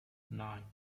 nine